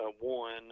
one